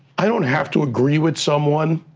i don't have to agree with someone,